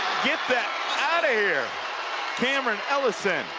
get that outta here camryn ellyson